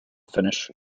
finish